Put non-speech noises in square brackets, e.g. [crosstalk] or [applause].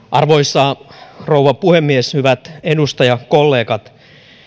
[unintelligible] arvoisa rouva puhemies hyvät edustajakollegat